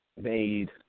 made